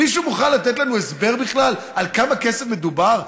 מישהו מוכן לתת לנו הסבר בכלל על כמה כסף מדובר?